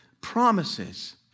promises